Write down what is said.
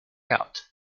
out